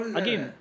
again